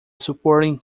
supporting